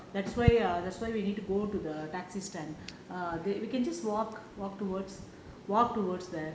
that's why err that's why we need to go to the taxi stand err we can just walk walk towards walk towards there